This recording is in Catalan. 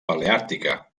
paleàrtica